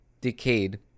decayed